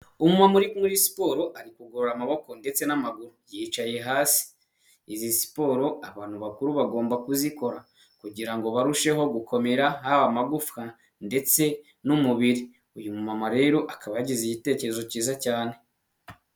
Umuntu uri muri siporo ari kugorora amaboko ndetse n'amaguru yicaye hasi, izi siporo abantu bakuru bagomba kuzikora kugira ngo barusheho gukomera haba amagufwa ndetse n'umubiri, uyu mumama rero akaba yagize igitekerezo cyiza cyane.